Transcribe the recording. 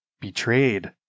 Betrayed